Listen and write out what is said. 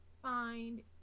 find